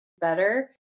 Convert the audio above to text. better